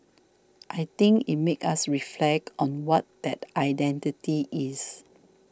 I think it make us reflect on what that identity is